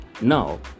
Now